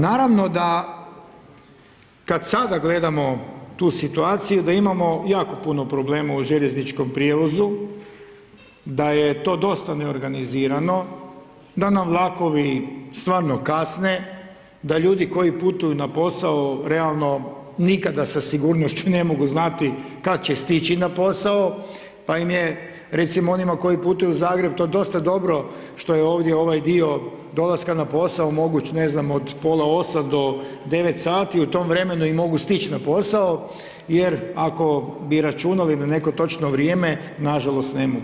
Naravno da kad sada gledamo tu situaciju da imamo jako puno problema u željezničkom prijevozu, da je to dosta neorganizirano, da nam vlakovi stvarno kasne, da ljudi koji putuju na posao realno nikada sa sigurnošću ne mogu znati kad će stići na posao pa im je, recimo onima koji putuju u Zagreb to dosta dobro što je ovdje ovaj dio dolaska na posao moguć ne znam, od pola 8 do 9 sati, u tom vremenu i mogu stići na posao jer ako bi računali na neko točno vrijeme, na žalost, ne mogu.